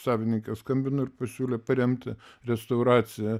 savininkas skambino ir pasiūlė paremti restauraciją